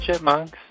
Chipmunks